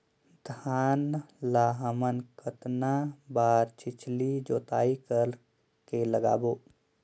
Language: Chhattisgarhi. धान ला हमन कतना बार छिछली जोताई कर के लगाबो?